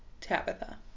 Tabitha